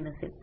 नसेल